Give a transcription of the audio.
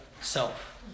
self